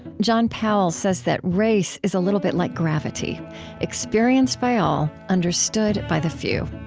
john powell says that race is a little bit like gravity experienced by all, understood by the few.